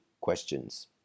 questions